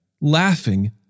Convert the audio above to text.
laughing